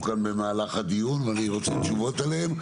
כאן במהלך הדיון ואני רוצה תשובות עליהן,